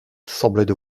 semblaient